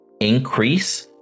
increase